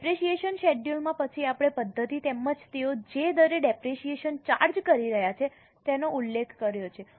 depreciation શેડ્યૂલમાં પછી આપણે પદ્ધતિ તેમજ તેઓ જે દરે ડેપરેશીયેશન ચાર્જ કરી રહ્યા છે તેનો ઉલ્લેખ કર્યો છે